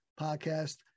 podcast